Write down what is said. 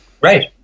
Right